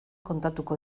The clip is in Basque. kontatuko